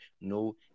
no